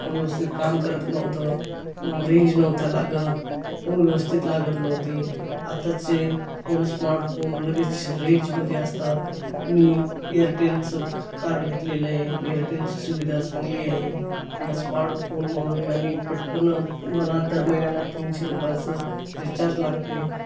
व्यवस्थित काम करत नव्हतं रेंज नव्हत्या लागत फोन व्यवस्थित लागत नव्हती आत्ताचे फोन स्मार्टफोन लगेच रेंजमध्ये असतात मी एअरटेलचं कार्ड घेतलेलं आहे एअरटेलची सुविधा चांगली आहे या स्मार्टफोनमुळे आणि पटकन मला दर महिन्याला तीनशे रुपयाचं रिचार्ज लागते